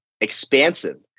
expansive